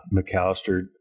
McAllister